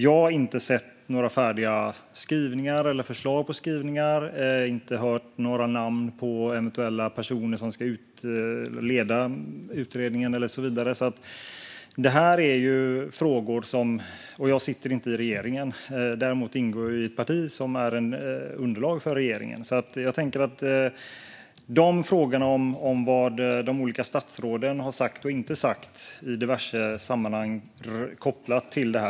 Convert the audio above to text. Jag har inte sett några färdiga skrivningar eller förslag på skrivningar. Jag har inte hört några namn på eventuella personer som ska leda utredningen och så vidare. Jag sitter inte i regeringen. Däremot ingår jag i ett parti som är underlag för regeringen. Det finns frågor om vad de olika statsråden har sagt och inte sagt i diverse sammanhang kopplat till detta.